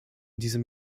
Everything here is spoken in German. diesem